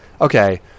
okay